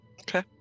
Okay